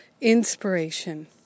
inspiration